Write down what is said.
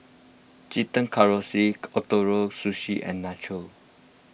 Chicken Casserole Ootoro Sushi and Nachos